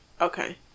Okay